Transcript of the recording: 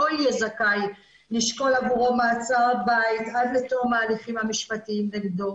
יהיה זכאי לשקול עבורו מעצר בית עד לתום ההליכים המשפטיים נגדו.